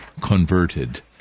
converted